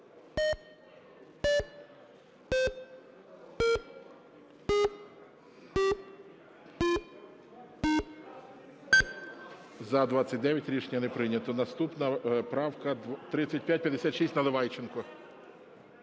За-29 Рішення не прийнято. Наступна правка - 3556. Наливайченко.